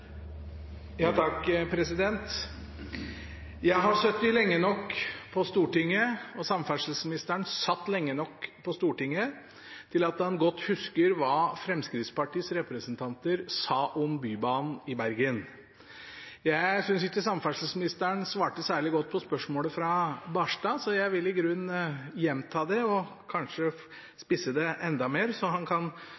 Jeg har sittet lenge nok på Stortinget til å huske – og samferdselsministeren satt lenge nok på Stortinget til at han godt husker – hva Fremskrittspartiets representanter sa om Bybanen i Bergen. Jeg synes ikke samferdselsministeren svarte særlig godt på spørsmålet fra representanten Barstad, så jeg vil i grunnen gjenta det og kanskje